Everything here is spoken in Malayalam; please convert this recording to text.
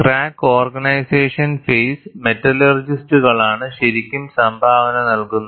ക്രാക്ക് ഓർഗനൈസേഷൻ ഫേസ് മെറ്റലർജിസ്റ്റുകളാണ് ശരിക്കും സംഭാവന നൽകുന്നത്